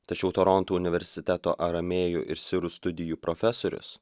tačiau toronto universiteto aramėjų ir sirų studijų profesorius